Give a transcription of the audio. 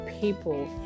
people